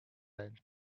and